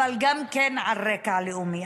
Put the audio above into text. אבל גם על רקע לאומי.